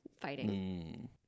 fighting